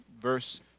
verse